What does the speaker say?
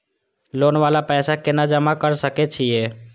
Loan वाला पैसा केना जमा कर सके छीये?